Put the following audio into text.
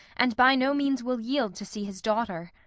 and by no means will yield to see his daughter.